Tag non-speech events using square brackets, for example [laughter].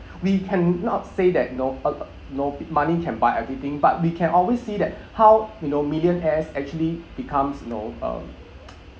we cannot say that you know uh you know money can buy everything but we can always see that how you know millionaires actually becomes you know um [noise]